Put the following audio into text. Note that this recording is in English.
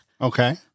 okay